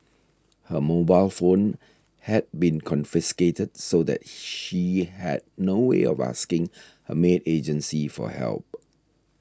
her mobile phone had been confiscated so that she had no way of asking her maid agency for help